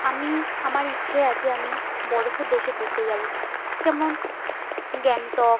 আমি আমার ইচ্ছে আছে আমি বরফের দেশে ঘুরতে যাবো যেমন গ্যাংটক